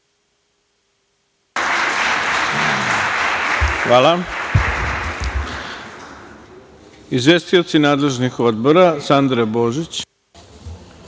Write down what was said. Hvala. Izvestioci nadležni odbora, Sandra Božić